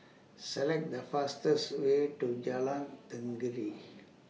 Select The fastest Way to Jalan Tenggiri